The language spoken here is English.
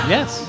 Yes